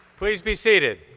please be seated.